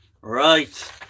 right